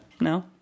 No